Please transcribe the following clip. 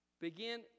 Begin